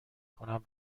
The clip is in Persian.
کنم